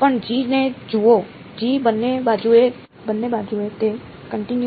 G માં કોઈ singularity